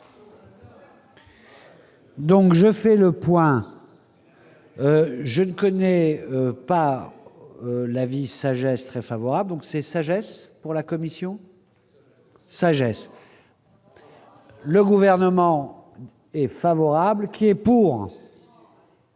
Donc, je fais le point, je ne connais pas la vie sagesse très favorable, donc c'est sagesse, pour la Commission. Sagesse. Le gouvernement est favorable, qui est pour.